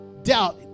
doubt